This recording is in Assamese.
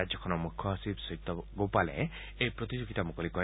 ৰাজ্যখনৰ মুখ্যসচিব সত্যগোপালে এই প্ৰতিযোগিতা মুকলি কৰে